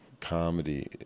comedy